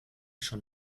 schon